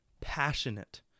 passionate